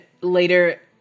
later